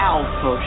Alpha